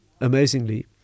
amazingly